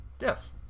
yes